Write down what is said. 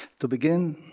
to begin,